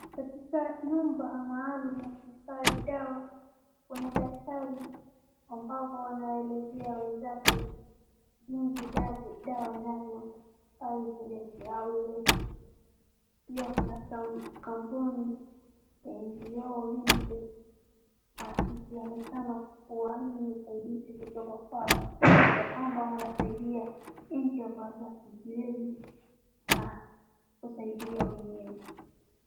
Katika nyumba maalum ya kuhifadhi dawa, kuna daktari ambaye anaelezea wenzake jinsi dawa inavyofaa ipelekwe au iekwe. Pia kuna kampuni ya NGO UNICEF ikionekana kuwa hii ni usaidizi kutoka kwao ya kwamba wanasaidia nchi ambazo hazijiwezi kujisaidia wenyewe.